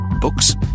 Books